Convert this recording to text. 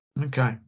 Okay